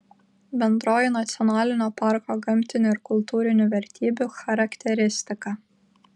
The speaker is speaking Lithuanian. bendroji nacionalinio parko gamtinių ir kultūrinių vertybių charakteristika